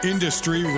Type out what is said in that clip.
Industry